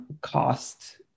cost